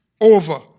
over